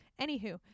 Anywho